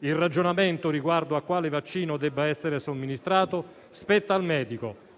Il ragionamento riguardo a quale vaccino debba essere somministrato spetta al medico,